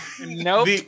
Nope